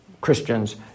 Christians